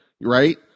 right